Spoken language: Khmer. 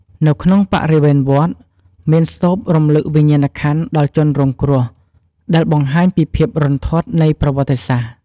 នៅក្នុងបរិវេណវត្ត មានស្តូបរំលឹកវិញ្ញាណក្ខន្ធដល់ជនរងគ្រោះ ដែលបង្ហាញពីភាពរន្ធត់នៃប្រវត្តិសាស្ត្រ។